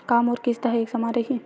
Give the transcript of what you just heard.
का मोर किस्त ह एक समान रही?